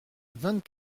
vingt